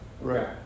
right